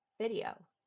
video